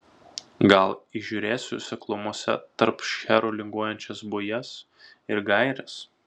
gal įžiūrėsiu seklumose tarp šcherų linguojančias bujas ir gaires